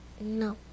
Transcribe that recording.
No